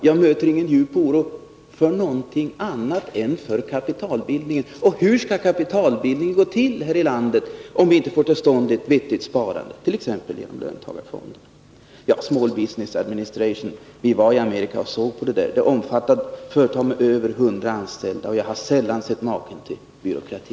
Jag möter inte djup oro för någonting annat än för kapitalbildningen och hur den skall gå till här i landet om vi inte får till stånd ett vettigt sparande, t.ex. genom löntagarfonder. Small Business Administration, ja — vi var i Amerika och såg det. Det omfattade företag med över 100 anställda, och jag har sällan sett maken till byråkrati.